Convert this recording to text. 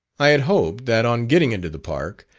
i had hoped that on getting into the park,